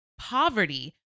poverty